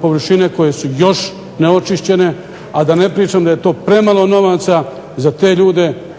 površine koje su još neočišćene, a da ne pričam da je to premalo novaca za te ljude